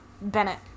Bennett